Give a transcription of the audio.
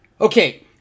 Okay